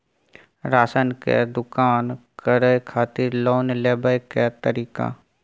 Ration के दुकान करै खातिर लोन लेबै के तरीका?